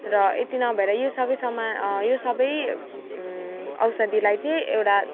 र यति नभएर यो सबै समा यो सबै औषधीलाई चाहिँ एउटा